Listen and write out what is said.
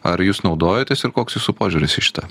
ar jūs naudojotės ir koks jūsų požiūris į šitą